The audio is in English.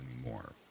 anymore